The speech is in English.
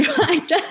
right